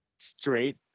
straight